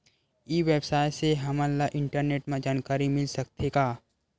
ई व्यवसाय से हमन ला इंटरनेट मा जानकारी मिल सकथे का?